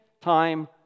time